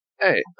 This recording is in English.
hey